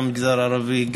גם המגזר הערבי,